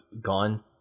gone